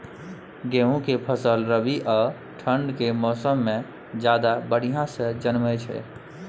गेहूं के फसल रबी आ ठंड के मौसम में ज्यादा बढ़िया से जन्में छै?